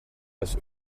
das